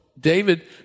david